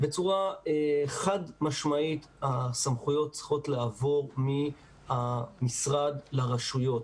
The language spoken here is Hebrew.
בצורה חד-משמעית הסמכויות צריכות לעבור מהמשרד לרשויות.